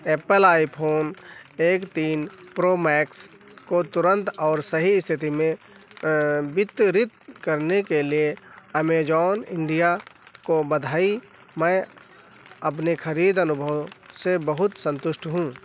Apple iPhone एक तीन Pro Max को तुरंत और सही स्थिति में वितरित करने के लिए अमेज़ॉन इंडिया को बधाई मैं अपने खरीद अनुभव से बहुत संतुष्ट हूँ